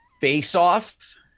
Face-off